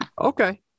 Okay